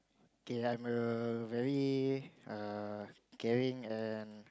okay I'm a very err caring and